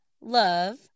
love